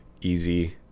easy